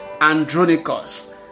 Andronicus